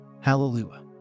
Hallelujah